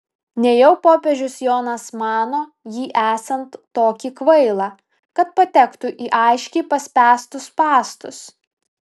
nejau popiežius jonas mano jį esant tokį kvailą kad patektų į aiškiai paspęstus spąstus